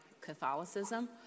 Catholicism